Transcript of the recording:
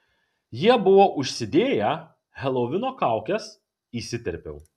jie buvo užsidėję helovino kaukes įsiterpiau